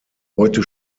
heute